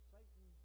Satan